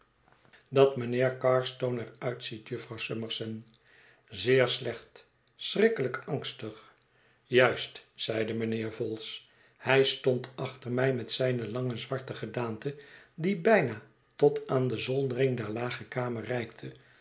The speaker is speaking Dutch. dat mijnheer oarstone er uitziet jufvrouw summerson zeer slecht schrikkelijk angstig juist zeide mijnheer vholes hij stond achter mij met zijne lange zwarte gedaante die bijna tot aan de zoldering der lage kamer